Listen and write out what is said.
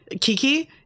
Kiki